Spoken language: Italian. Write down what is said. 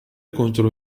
contro